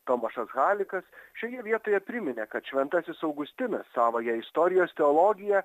tomašas halikas šioje vietoje priminė kad šventasis augustinas savąją istorijos teologiją